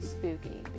Spooky